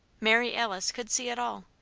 mary alice could see it all.